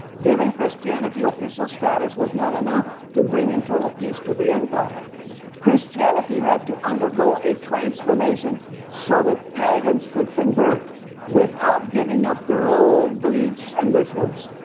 giving christianity official status was not enough to bring internal peace to the empire christianity had to undergo a transformation so that pagans could convert without giving up their old beliefs and rituals.